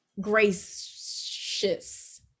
gracious